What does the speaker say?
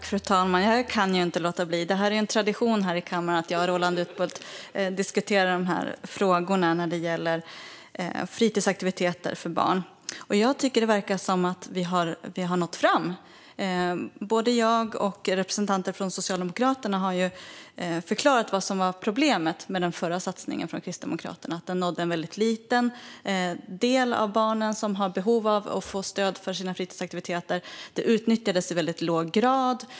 Fru talman! Jag kan inte låta bli; det är ju en tradition här i kammaren att jag och Roland Utbult diskuterar de frågor som gäller fritidsaktiviteter för barn. Jag tycker att det verkar som att vi har nått fram. Både jag och representanter från Socialdemokraterna har förklarat vad som var problemet med den förra satsningen från Kristdemokraterna, nämligen att den nådde en väldigt liten del av de barn som har behov av stöd för sina fritidsaktiviteter och att det utnyttjades i väldigt låg grad.